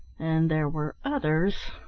and there were others.